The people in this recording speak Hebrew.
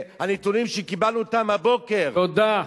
מהנתונים שקיבלנו הבוקר, תודה.